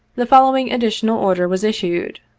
the fol lowing additional order was issued